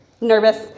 Nervous